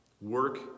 Work